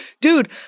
dude